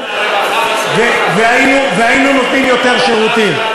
משרד הרווחה, והיינו נותנים יותר שירותים.